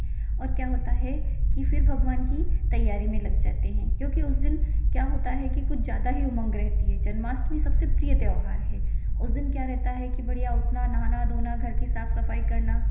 और क्या होता है कि फ़िर भगवान की तैयारी में लग जाते हैं क्योंकि उस दिन क्या होता है कि कुछ ज़्यादा ही उमंग रहती है जन्माष्टमी सबसे प्रिय त्योहार है उस दिन क्या रहता है कि बढ़िया उठना नहाना धोना घर की साफ़ सफ़ाई करना